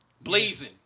blazing